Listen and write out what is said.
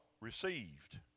received